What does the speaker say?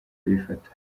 kuyifata